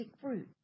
fruit